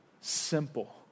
simple